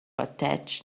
attach